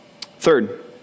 Third